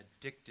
addictive